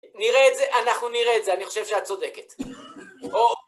נראה את זה, אנחנו נראה את זה, אני חושב שאת צודקת.